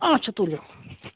اَچھا تُلِو